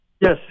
Yes